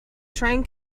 train